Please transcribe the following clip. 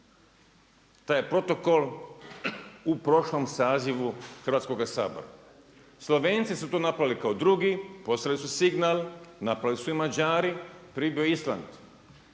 taj protokol u prošlom sazivu Hrvatskoga sabora. Slovenci su to napravili kao drugi, poslali su signal, napravili su i Mađari, prije je bio Island.